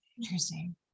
Interesting